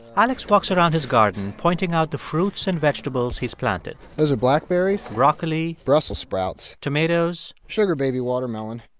alex walks around his garden pointing out the fruits and vegetables he's planted those are blackberries. broccoli. brussels sprouts. tomatoes. sugar baby watermelon.